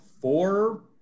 four